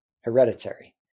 Hereditary